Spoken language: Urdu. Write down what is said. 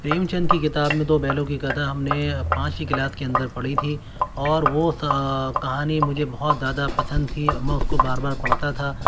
پریم چند کی کتاب میں دو بیلوں کی کتھا ہم نے پانچوی کلاس کے اندر پڑھی تھی اور وہ کہانی مجھے بہت زیادہ پسند تھی میں اس کو بار بار پڑھتا تھا